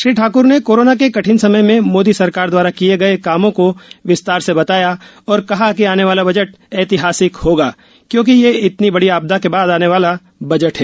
श्री ठाकर ने कोरोना के कठिन समय में मोदी सरकार द्वारा किए गए कामों को विस्तार से बताया और कहा कि आने वाला बजट ऐतिहासिक होगा क्योंकि ये इतनी बड़ी आपदा के बाद आने वाला बजट है